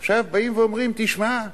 עכשיו באים ואומרים, תשמע,